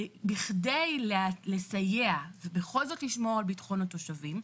בכדי לסייע ובכל זאת לשמור על ביטחון התושבים,